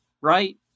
right